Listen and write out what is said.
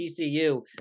TCU